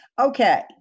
Okay